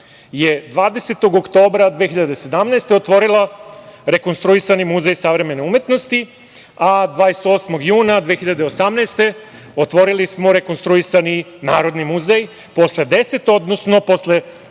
je 20. oktobra 2017. godine otvorila rekonstruisani Muzej savremene umetnosti, a 28. juna 2018. godine otvorili smo rekonstruisani Narodni muzej posle deset, odnosno posle